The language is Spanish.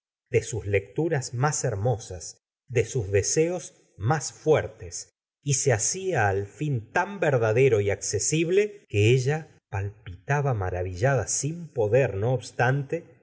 de sus lecturas más hermosas de sus deseos inás fuertes y se hacia al fin tan verdadero y accesible que ella palpitaba maravillada sin poder no obstante